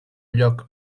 lloc